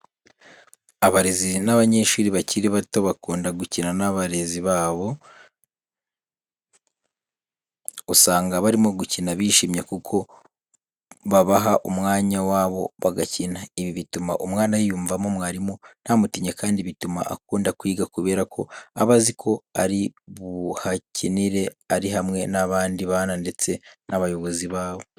Abarezi n'abanyeshuri bakiri bato bakunda gukina n'abarezi babo, usanga barimo gukina bishimye kuko babaha umwanya wabo bagakina. Ibi bituma umwana yiyumvamo mwarimu ntamutinye kandi bituma akunda kwiga kubera ko aba azi ko ari buhakinire ari hamwe n'abandi bana ndetse n'abayobozi babo.